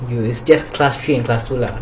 just class three and class two lah